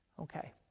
Okay